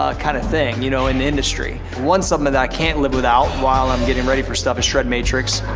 ah kind of thing, you know, in the industry. one supplement that i can't live without while i'm getting ready for stuff is shred matrix.